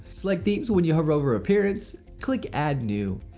select themes when you hover over appearance. click add new.